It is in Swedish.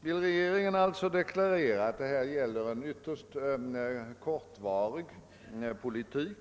Vill regeringen alltså deklarera att det här gäller en ytterst kortvarig politik